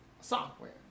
software